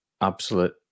absolute